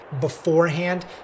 beforehand